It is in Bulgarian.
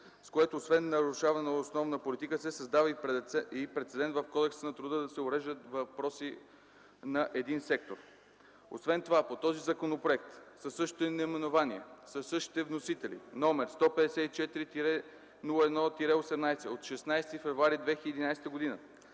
с което освен нарушаване на основна политика се създава и прецедент в Кодекса на труда – да се уреждат въпроси на един сектор. Освен това по този законопроект със същото наименование, със същите вносители, № 154-01-18 от 16 февруари 2011 г.,